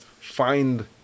find